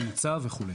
למוצא וכו'.